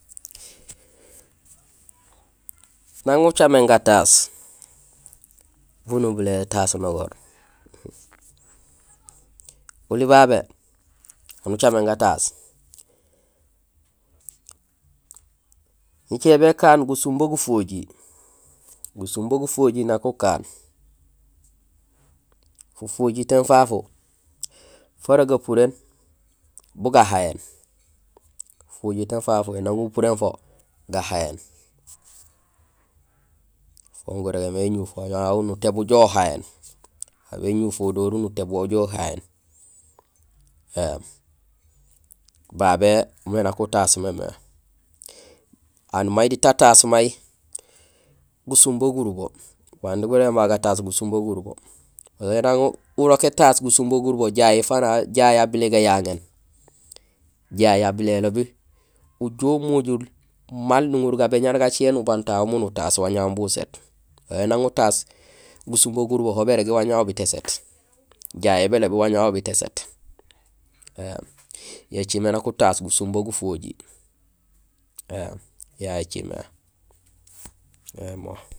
Nang ucaméén gataas bu nubilé étaas nogoor: oli babé éni ucaméén gataas; ñicé békaan gusumbo gufojiir; gusumbo gufojiir nak ukaan; fufojitéén fafu; fara gapuréén bu gahayéén; fufojitéén fafu éé, nang urin fo; gahayéén Fon gurémé éjuuf waañ wawu nutééb ujoow uhayéén; aw bé nuuf wo déru nutééb wo ujoow uhayéén, éém babé mé nak utaas mémé Aan may diit ataas may gusumbo gurubo; bugaan di gurégéén babé gataas gusumbo gurubo. Ēni urok étaas gusumbo gurubo, jahi fana, jahi abili gayaŋéén; jahi abilé élobi ujool umojul maal nuŋoru gabéñuwaar gacé nubang tahu mun utaas waañ wawu bu uséét. Ē nang utaas gusumbo gurubo, ho barégi waañ wawu ubiit éséét; jahi bélobi waañ wawu ubiit éséét, éém yo écimé nak utaas gusumbo gufojiir éém yayé écimé